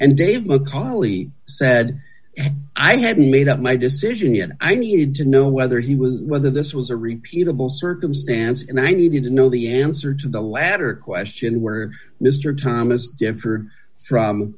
and dave mcauley said i haven't made up my decision yet i need to know whether he was whether this was a repeat of all circumstance and i needed to know the answer to the latter question where mr thomas differed from